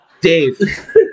Dave